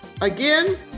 Again